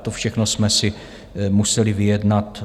To všechno jsme si museli vyjednat.